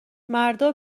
مردا